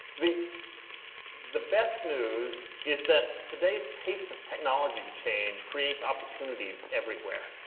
the the best news is that today's pace of technology change creates opportunities everywhere.